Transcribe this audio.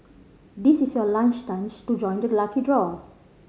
this is your last chance to join the lucky draw